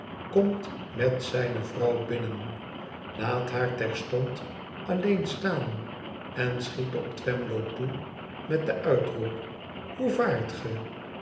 komt met zijne vrouw bmnen laat haar terstond alleen staan en schiet op twemlow toe met den uitroep ihoe vaart